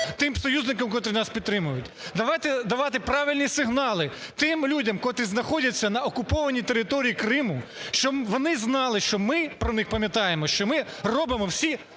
тим союзником, котрі нас підтримують. Давайте давати правильні сигнали тим людям, котрі знаходяться на окупованій території Криму, щоб вони знали, що ми про них пам'ятаємо, що ми робимо всі,